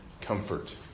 comfort